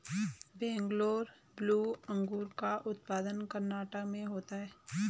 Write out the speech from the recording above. Bengaluru blue अंगूर का उत्पादन कर्नाटक में होता है